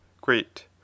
great